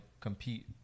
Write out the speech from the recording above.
compete